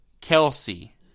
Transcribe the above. Kelsey